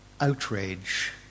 outrage